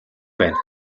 байна